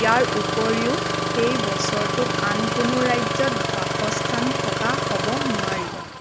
ইয়াৰ উপৰিও সেই বছৰটোত আন কোনো ৰাজ্যত বাসস্থান থকা হ'ব নোৱাৰিব